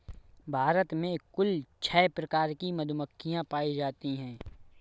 भारत में कुल छः प्रकार की मधुमक्खियां पायी जातीं है